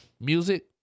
Music